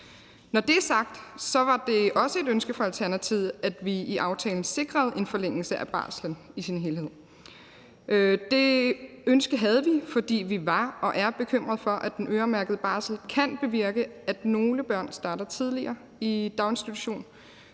Når det er sagt, var det også et ønske fra Alternativet, at vi i aftalen sikrede en forlængelse af barslen i sin helhed. Det ønske havde vi, fordi vi var og er bekymrede for, at den øremærkede barsel kan bevirke, at nogle børn starter tidligere i daginstitution,